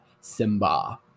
Simba